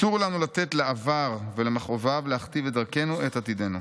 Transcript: אסור לנו לתת לעבר ולמכאוביו להכתיב את דרכנו ואת עתידנו.